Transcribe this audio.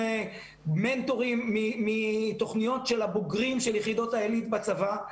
עם מנטורים מתוכניות הבוגרים של יחידות העילית בצבא.